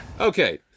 okay